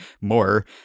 more